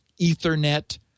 Ethernet